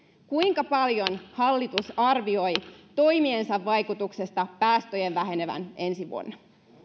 kuinka paljon hallitus arvioi toimiensa vaikutuksesta päästöjen vähenevän ensi vuonna